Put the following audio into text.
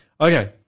Okay